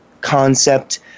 concept